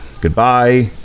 Goodbye